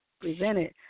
presented